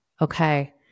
Okay